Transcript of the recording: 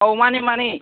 ꯑꯧ ꯃꯥꯅꯦ ꯃꯥꯅꯦ